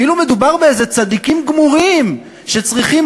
כאילו מדובר באיזה צדיקים גמורים שצריכים